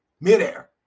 Midair